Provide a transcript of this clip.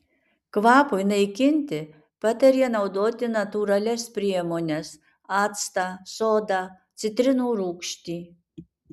kvapui naikinti patarė naudoti natūralias priemones actą sodą citrinų rūgštį